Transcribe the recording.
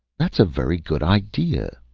that's a very good idea,